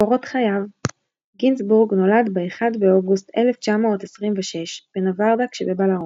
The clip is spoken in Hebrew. קורות חייו גינזבורג נולד ב-1 באוגוסט 1926 בנבהרדק שבבלארוס.